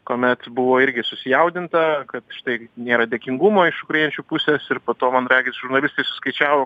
kuomet buvo irgi susijaudinta kad štai nėra dėkingumo iš ukrainiečių pusės ir po to man regis žurnalistai suskaičiavo